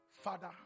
Father